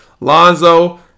Lonzo